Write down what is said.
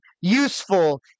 useful